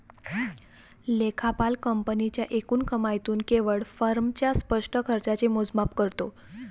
लेखापाल कंपनीच्या एकूण कमाईतून केवळ फर्मच्या स्पष्ट खर्चाचे मोजमाप करतो